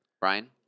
Brian